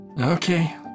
Okay